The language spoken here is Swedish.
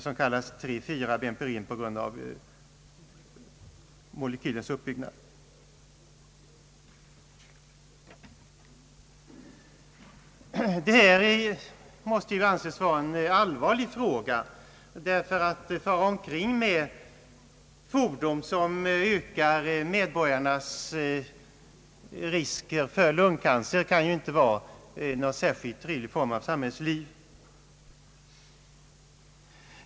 Detta är en allvarlig fråga — det kan ju inte vara någon särskilt trevlig form av samhällsliv, när medborgarna far omkring med fordon som genom sina avgaser ökar riskerna för lungcancer.